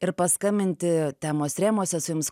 ir paskambinti temos rėmuose su jums